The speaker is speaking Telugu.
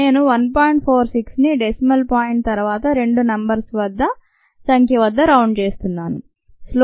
46ని డెసిమల్ పాయింట్ తరువాత రెండు నంబర్స్ పెద్ద సంఖ్య వద్ద రౌండ్ చేస్తున్నాను